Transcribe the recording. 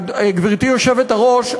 גברתי היושבת-ראש,